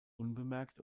unbemerkt